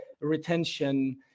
retention